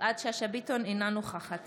אינה נוכחת